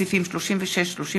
אלהרר,